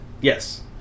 Yes